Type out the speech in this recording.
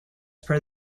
per